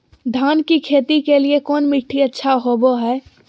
धान की खेती के लिए कौन मिट्टी अच्छा होबो है?